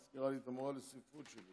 את מזכירה לי את המורה לספרות שלי.